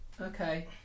Okay